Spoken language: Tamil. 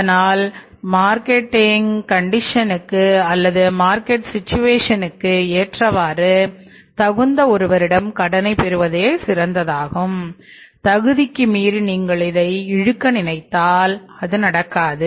அதனால் மார்க்கெட் கண்டிஷனுக்கு ஏற்றவாறு தகுந்த ஒருவரிடம் கடனை பெறுவதே சிறந்ததாகும் தகுதிக்கு மீறி நீங்கள் இதை இழுக்க நினைத்தால் அது நடக்காது